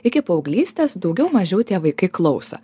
iki paauglystės daugiau mažiau tie vaikai klauso